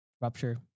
rupture